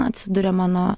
atsiduria mano